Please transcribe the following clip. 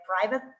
private